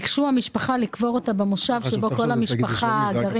והמשפחה ביקשה לקבור אותה במושב שבה גרים כל